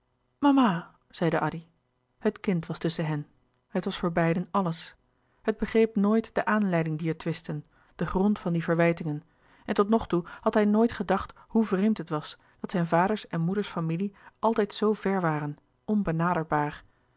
mama zeide addy het kind was tusschen hen het was voor beiden alles het begreep nooit de aanleiding dier twisten den grond van die verwijtingen en tot nog toe had hij nooit gedacht hoe vreemd het was dat zijn vaders en moeders familie altijd zoo ver waren onbenaderbaar